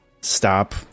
stop